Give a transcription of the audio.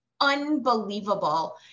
unbelievable